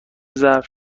ظرف